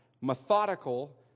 methodical